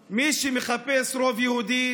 מי שמחפש רוב יהודי,